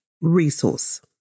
resource